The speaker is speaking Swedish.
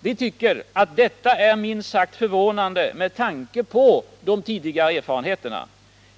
Vi tycker att detta är minst sagt förvånande med tanke på de tidigare erfarenheterna.